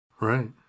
Right